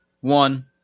one